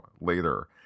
later